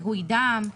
עירוי דם,